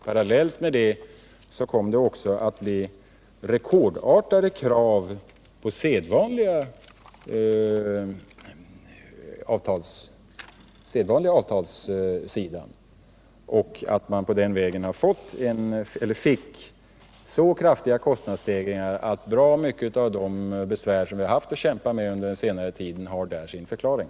Parallellt kom det också att bli rekordartade krav på sedvanliga lönehöjningar avtalsvägen, och på den vägen fick man kraftiga kostnadsstegringar. Och bra mycket av de besvär som vi haft att kämpa med på senare tid torde där ha sin förklaring.